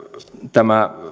tämä